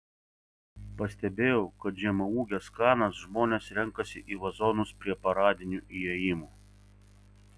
pastebėjau kad žemaūges kanas žmonės renkasi į vazonus prie paradinių įėjimų